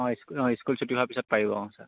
অঁ স্কুল ছুটী হোৱাৰ পাছত পাৰিব অঁ ছাৰ